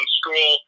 school